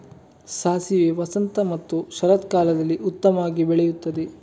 ಸಾಸಿವೆ ವಸಂತ ಮತ್ತು ಶರತ್ಕಾಲದಲ್ಲಿ ಉತ್ತಮವಾಗಿ ಬೆಳೆಯುತ್ತದೆ